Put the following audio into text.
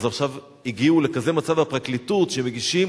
אז עכשיו הגיעו לכזה מצב בפרקליטות שמגישים